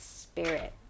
spirit